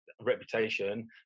reputation